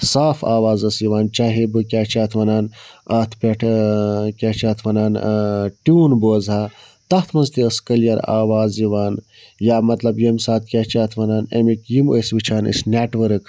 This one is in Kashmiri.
صاف آواز ٲس یِوان چاہے بہٕ کیٛاہ چھِ اتھ وَنان اَتھ پٮ۪ٹھ کیٛاہ چھِ اتھ وَنان ٹیوٗن بوزٕ ہا تَتھ منٛز تہِ ٲس کٕلیَر آواز یِوان یا مطلب ییٚمہِ ساتہٕ کیٛاہ چھِ اَتھ وَنان اَمِکۍ یِم ٲسۍ وُچھان أسۍ نٮ۪ٹ ؤرٕک